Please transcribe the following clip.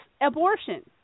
abortion